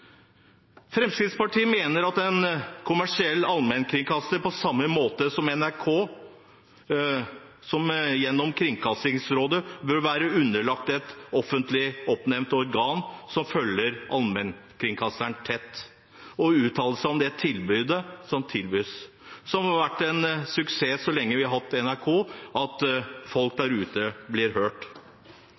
Fremskrittspartiet mener at en kommersiell allmennkringkaster, på samme måte som NRK gjennom Kringkastingsrådet, bør være underlagt et offentlig oppnevnt organ som følger allmennkringkasteren tett og uttaler seg om det tilbudet som tilbys. Det har vært en suksess så lenge vi har hatt NRK, at folk der ute blir hørt.